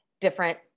different